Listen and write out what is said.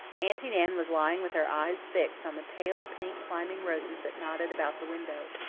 aunty nan was lying with her eyes fixed on the pale pink climbing roses that nodded about the window.